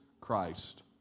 Christ